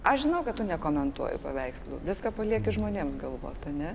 aš žinau kad tu nekomentuoji paveikslų viską palieki žmonėms galvot ane